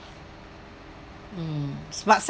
mm but some